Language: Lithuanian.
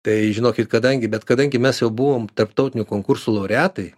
tai žinokit kadangi bet kadangi mes jau buvom tarptautinių konkursų laureatai